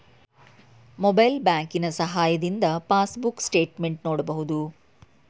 mobile ಬ್ಯಾಂಕಿನ ಸಹಾಯದಿಂದ passbook statement ನೋಡಬಹುದು